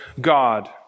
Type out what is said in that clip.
God